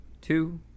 Two